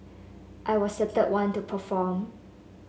I was the third one to perform